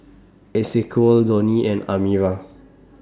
Esequiel Donny and Amira